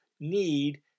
need